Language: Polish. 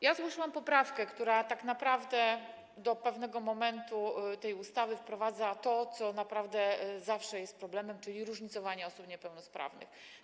Ja złożyłam poprawkę, która tak naprawdę do pewnej części tej ustawy wprowadza to, co zawsze jest problemem, czyli różnicowanie osób niepełnosprawnych.